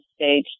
stage